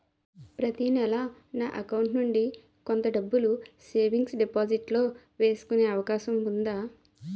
ప్రతి నెల నా అకౌంట్ నుండి కొంత డబ్బులు సేవింగ్స్ డెపోసిట్ లో వేసుకునే అవకాశం ఉందా?